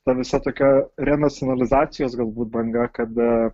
ta visa tokia renacionalizacijos galbūt banga kada